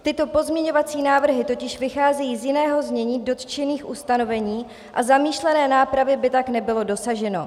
Tyto pozměňovací návrhy totiž vycházejí z jiného znění z dotčených ustanovení a zamýšlené nápravy by tak nebylo dosaženo.